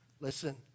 Listen